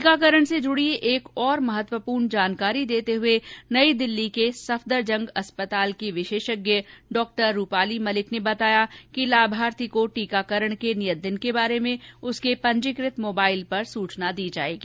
टीकाकरण से जुडी एक ओर महत्वपूर्ण जानकारी देते हुए नई दिल्ली के सफदरजंग अस्पताल की विशेषज्ञ डॉ रूपाली मलिक ने बताया कि लाभार्थी को टीकाकरण के नियत दिन के बारे में उसके पंजीकृत मोबाइल पर सुचना दी जाएगी